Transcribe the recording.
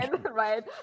right